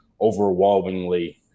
overwhelmingly